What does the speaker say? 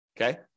okay